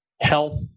health